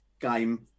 game